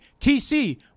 TC